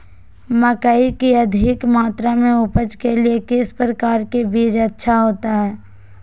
मकई की अधिक मात्रा में उपज के लिए किस प्रकार की बीज अच्छा होता है?